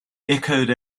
echoed